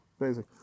amazing